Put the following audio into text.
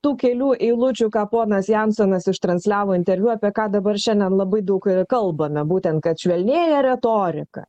tų kelių eilučių ką ponas jansonas ištransliavo interviu apie ką dabar šiandien labai daug ir kalbame būtent kad švelnėja retorika